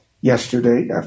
Yesterday